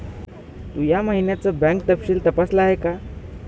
तू या महिन्याचं बँक तपशील तपासल आहे का?